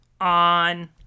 on